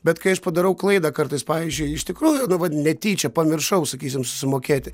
bet kai aš padarau klaidą kartais pavyzdžiui iš tikrųjų dabar netyčia pamiršau sakysim sumokėti